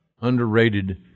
underrated